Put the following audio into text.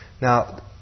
Now